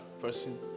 person